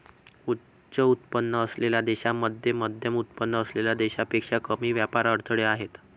उच्च उत्पन्न असलेल्या देशांमध्ये मध्यमउत्पन्न असलेल्या देशांपेक्षा कमी व्यापार अडथळे आहेत